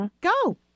go